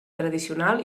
tradicional